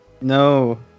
no